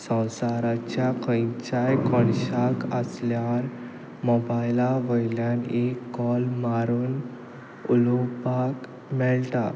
संवसाराच्या खंयच्याय कोनशाक आसल्यार मोबायला वयल्यान एक कॉल मारून उलोवपाक मेळटा